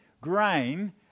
grain